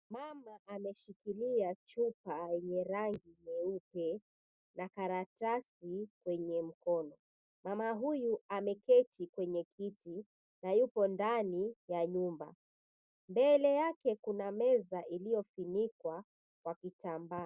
Mama ameshikilia chupa yenye rangi nyeupe na karatasi kwenye mkono. Mama huyu ameketi kwenye kiti na yupo ndani ya nyumba. Mbele yake kuna meza iliyofunikwa kwa kitambaa.